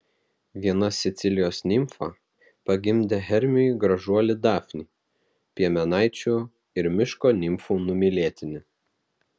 viena sicilijos nimfa pagimdė hermiui gražuolį dafnį piemenaičių ir miško nimfų numylėtinį